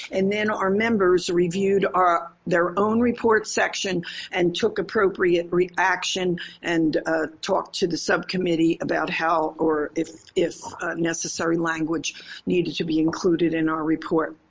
and then our members reviewed our their own report section and took appropriate reaction and talked to the subcommittee about how or if if necessary language needed to be included in our report.